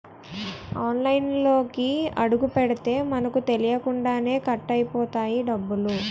ఆన్లైన్లోకి అడుగుపెడితే మనకు తెలియకుండానే కట్ అయిపోతాయి డబ్బులు